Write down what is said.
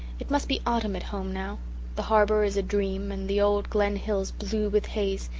it must be autumn at home now the harbour is a-dream and the old glen hills blue with haze,